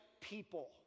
people